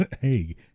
Hey